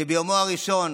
שביומו הראשון